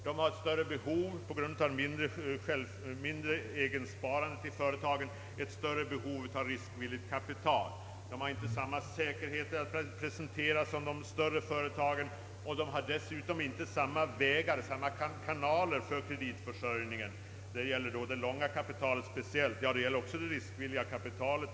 De har på grund av det mindre egna sparandet ett större behov av riskvilligt kapital. De har inte samma säkerhet att presentera som de större företagen, och de har dessutom inte samma kanaler för kreditförsörjningen vare sig när det gäller det långa kapitalet eller när det gäller det riskvilliga kapitalet.